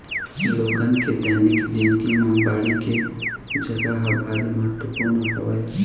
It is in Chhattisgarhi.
लोगन के दैनिक जिनगी म बाड़ी के जघा ह भारी महत्वपूर्न हवय